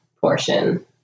portion